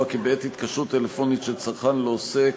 כי בעת התקשרות טלפונית של צרכן לעוסק,